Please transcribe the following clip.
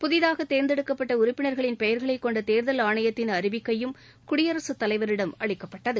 புதிதாக தேர்ந்தெடுக்கப்பட்ட உறுப்பினர்களின் பெயர்களை கொண்ட தேர்தல் ஆணையத்தின் அறிவிக்கையும் குடியரசுத் தலைவரிடம் அளிக்கப்பட்டது